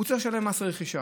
הוא צריך לשלם מס רכישה.